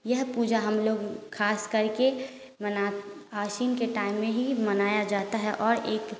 यह पूजा हम लोग खास करके मना आशीन के टाइम में ही मनाया जाता है और एक